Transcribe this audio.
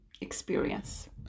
experience